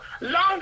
long